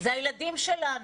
הם הילדים שלנו,